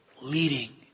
leading